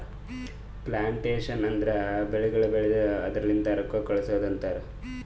plantation ಅಂದುರ್ ಬೆಳಿಗೊಳ್ ಬೆಳ್ದು ಅದುರ್ ಲಿಂತ್ ರೊಕ್ಕ ಗಳಸದ್ ಅಂತರ್